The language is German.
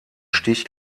stich